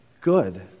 good